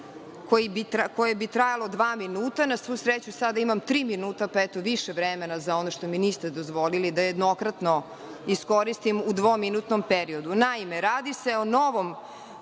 koje bi trajalo dva minuta, na svu sreću, sada imam tri minuta, pa, eto, više vremena za ono što mi niste dozvolili da jednokratno iskoristim u dvominutnom periodu. Naime, radi se o novom